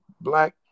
black